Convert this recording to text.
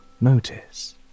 Notice